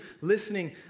listening